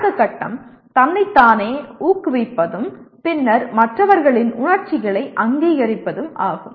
அடுத்த கட்டம் தன்னைத் தானே ஊக்குவிப்பதும் பின்னர் மற்றவர்களில் உணர்ச்சிகளை அங்கீகரிப்பதும் ஆகும்